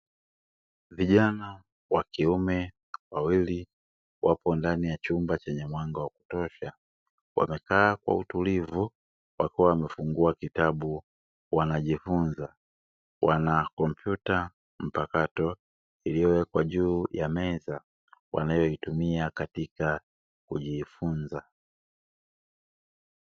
Vijana wakiume wawili wapo ndani ya chumba chenye mwanga wa kutosha wamekaa kwa utulivu wakiwa wamefungua kitabu wanajifunza, wana kompyuta mpakato iliyowekwa juu ya meza wanayoitumia katika kujifunza.